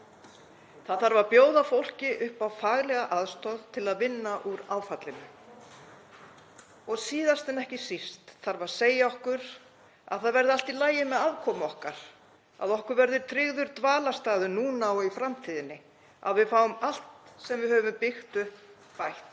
„Það þarf að bjóða fólki upp á faglega aðstoð til að vinna úr áfallinu. Og síðast en ekki síst það þarf að segja okkur: Að það verði allt í lagi með afkomu okkar. Að okkur verði tryggður dvalarstaður núna og í framtíðinni. Að við fáum allt sem við höfum byggt upp bætt.